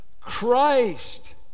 Christ